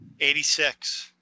86